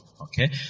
Okay